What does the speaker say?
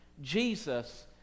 Jesus